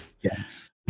Yes